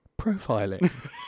profiling